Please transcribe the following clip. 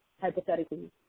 hypothetically